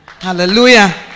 Hallelujah